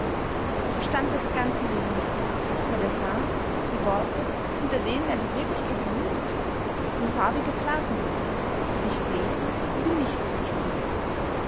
er verstand das ganze leben nicht mehr seit er sah daß die worte hinter denen er die wirklichkeit vermutet hatte nur farbige blasen waren die sich blähten und in nichts zersprangen